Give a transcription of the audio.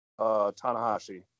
Tanahashi